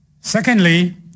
Secondly